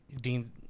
Dean